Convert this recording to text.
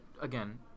again